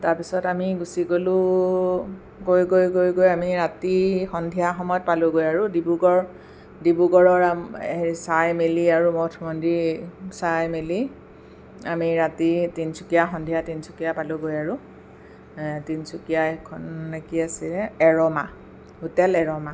তাৰপিছত আমি গুচি গ'লোঁ গৈ গৈ গৈ গৈ আমি ৰাতি সন্ধিয়া সময়ত পালোঁগৈ আৰু ডিব্ৰুগড় ডিব্ৰুগড়ৰ চাই মেলি আৰু মঠ মন্দিৰ চাই মেলি আমি ৰাতি তিনিচুকীয়া সন্ধিয়া তিনিচুকীয়া পালোগৈ আৰু তিনিচুকীয়া এইখন কি আছিলে এৰ'মা হোটেল এৰ'মা